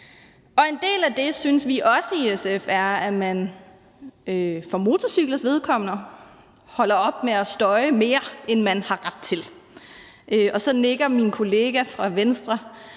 En del af det synes vi også i SF er, at man for motorcyklers vedkommende holder op med at støje mere, end man har ret til. Så nikker min kollega fra Venstre,